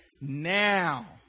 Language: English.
now